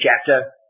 chapter